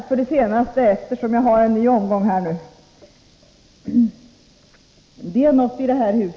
Fru talman!